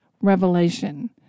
revelation